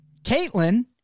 Caitlin